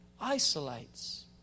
isolates